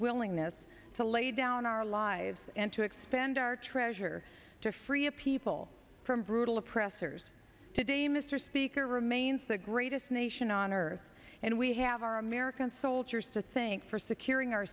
willingness to lay down our lives and to expend our treasure to free a people from brutal oppressors today mr speaker remains the greatest nation on earth and we have our american soldiers to think for securing our